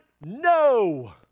No